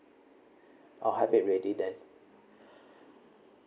I'll have it ready then